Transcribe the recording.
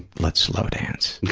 let's slow dance,